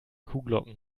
kuhglocken